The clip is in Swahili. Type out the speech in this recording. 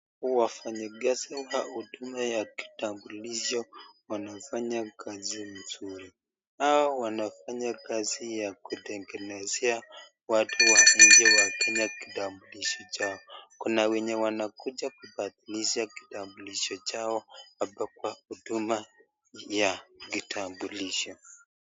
Wafanyikazi wa huduma ya kitambulisho wanafanya kazi mzuri. Hao wanafanya kazi ya kutengenezea watu wa nchi wa Kenya kitambulisho chao. Kuna wenye wanakuja kubadilisha kitambulisho chao hapa kwa huduma ya kitambulisho.